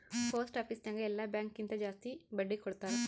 post office ನಾಗ್ ಎಲ್ಲಾ bank ಕಿಂತಾ ಜಾಸ್ತಿ ಬಡ್ಡಿ ಕೊಡ್ತಾರ್